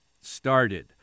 started